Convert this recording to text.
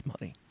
money